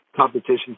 competition